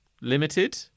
Limited